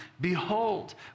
Behold